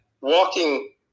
walking